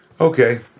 okay